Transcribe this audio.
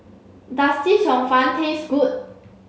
does Chee Cheong Fun taste good